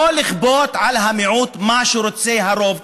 לא לכפות על המיעוט מה שרוצה הרוב.